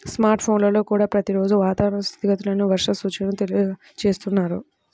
smart ఫోన్లల్లో కూడా ప్రతి రోజూ వాతావరణ స్థితిగతులను, వర్ష సూచనల తెలియజేస్తున్నారు